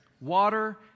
Water